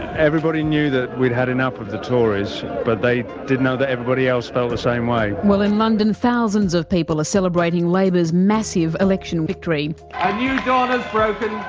everybody knew that we'd had enough of the tories but they didn't know that everybody else felt the same way. well in london, thousands of people are celebrating labour's massive election victory. a new dawn has broken,